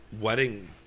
wedding